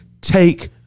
take